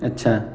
اچھا